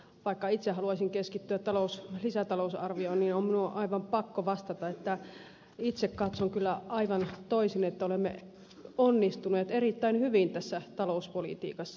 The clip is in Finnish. vaikka itse haluaisin keskittyä lisätalousarvioon niin on minun aivan pakko vastata että itse katson kyllä aivan toisin että olemme onnistuneet erittäin hyvin tässä talouspolitiikassa